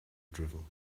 drivel